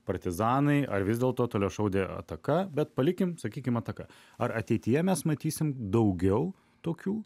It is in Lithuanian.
partizanai ar vis dėlto toliašaudė ataka bet palikim sakykim ataka ar ateityje mes matysim daugiau tokių